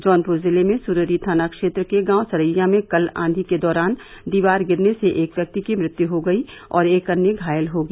जौनपुर जिले में सुरेरी थाना क्षेत्र के गांव सरैया में कल आधी के दौरान दीवार गिरने से एक व्यक्ति की मृत्यु हो गयी और एक अन्य घायल हो गया